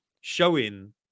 showing